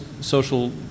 social